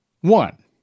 One